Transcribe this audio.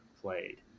played